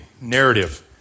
narrative